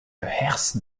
herse